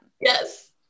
Yes